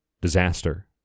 disaster